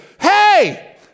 Hey